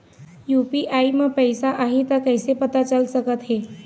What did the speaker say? UPI म पैसा आही त कइसे पता चल सकत हे?